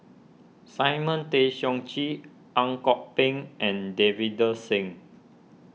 Simon Tay Seong Chee Ang Kok Peng and Davinder Singh